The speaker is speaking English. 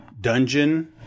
dungeon